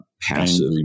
passive